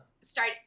Start